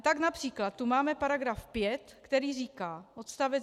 Tak například tu máme § 5, který říká: Odst.